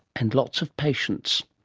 and lots of patience.